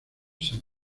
san